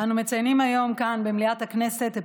אנו מציינים היום כאן במליאת הכנסת את